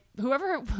whoever